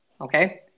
Okay